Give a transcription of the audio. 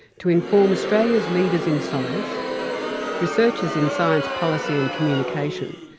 to inform australia's leaders in science researchers in science policy and communication,